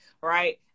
right